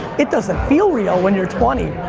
it doesn't feel real when you're twenty,